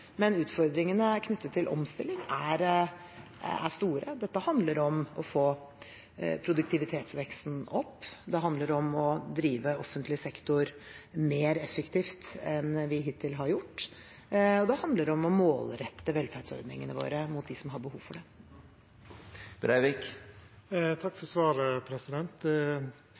men utfordringene knyttet til omstilling er store. Dette handler om å få produktivitetsveksten opp. Det handler om å drive offentlig sektor mer effektivt enn vi hittil har gjort. Det handler om å målrette velferdsordningene våre mot dem som har behov for det. Takk for svaret.